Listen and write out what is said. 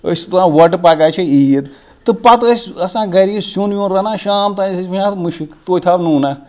أسۍ ٲسۍ تُلان وُۄٹہٕ پاگاہ چھِ عیٖد تہٕ پتہٕ ٲسۍ آسان یہِ گَرِ یہِ سِیُن وِیُن رَنان شام تام أسۍ ٲسۍ وَنان مُشُق توتہِ ہاو نوٗنَہ